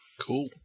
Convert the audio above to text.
Cool